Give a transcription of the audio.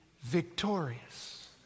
victorious